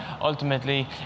ultimately